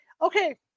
Okay